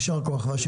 יישר כוח.